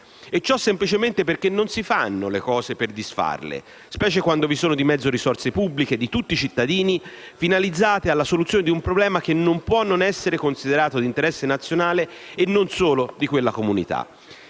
E ciò semplicemente perché non si fanno le cose per poi disfarle, specie quando vi sono di mezzo risorse pubbliche, di tutti i cittadini, finalizzate alla soluzione di un problema che non può non essere considerato d'interesse nazionale e non solo di quella comunità.